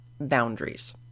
boundaries